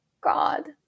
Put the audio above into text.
God